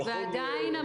ועדיין,